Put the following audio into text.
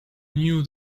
knew